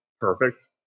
perfect